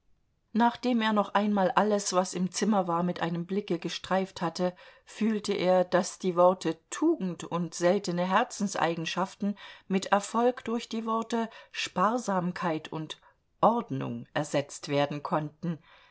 nachdem er noch einmal alles was im zimmer war mit einem blicke gestreift hatte fühlte er daß die worte tugend und seltene herzenseigenschaften mit erfolg durch die worte sparsamkeit und ordnung ersetzt werden konnten